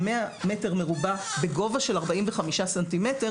100 מטרים מרובעים בגובה של 45 סנטימטרים